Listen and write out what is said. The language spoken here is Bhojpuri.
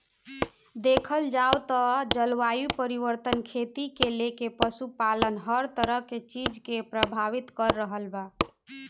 देखल जाव त जलवायु परिवर्तन खेती से लेके पशुपालन हर तरह के चीज के प्रभावित कर रहल बा